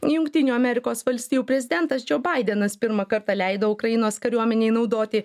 jungtinių amerikos valstijų prezidentas džio baidenas pirmą kartą leido ukrainos kariuomenei naudoti